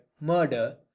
murder